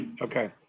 Okay